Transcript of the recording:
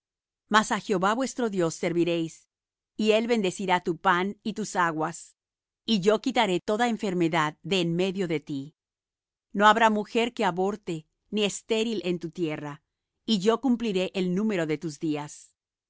mas á jehová vuestro dios serviréis y él bendecirá tu pan y tus aguas y yo quitaré toda enfermedad de en medio de ti no habrá mujer que aborte ni estéril en tu tierra y yo cumpliré el número de tus días yo